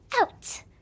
out